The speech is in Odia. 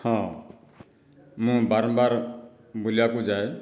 ହଁ ମୁଁ ବାରମ୍ବାର ବୁଲିବାକୁ ଯାଏ